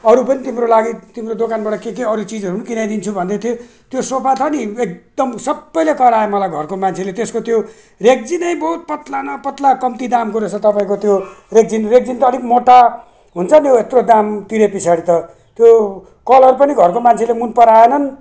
अरू पनि तिम्रो लागि तिम्रो दोकानबाट के के अरू चिजहरू पनि किनाइदिन्छु भन्दैथिएँ त्यो सोफा त नि एकदम सबैले कराए मलाई घरको मान्छेले त्यसको त्यो रेक्जिनै बहुत पत्ला न पत्ला कम्ती दामको रहेछ तपाईँको त्यो रेक्सिन रेक्सिन त अलिक मोटा हुन्छ नि यत्रो दाम तिरे पछाडि त त्यो कलर पनि घरको मान्छेले मन पराएनन्